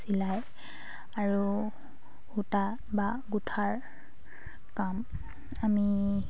আৰু সূতা বা গোঁঠাৰ কাম আমি